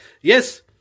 Yes